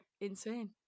insane